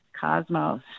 cosmos